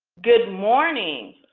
good morning!